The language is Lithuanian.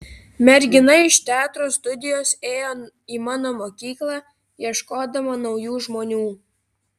mergina iš teatro studijos ėjo į mano mokyklą ieškodama naujų žmonių